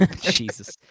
Jesus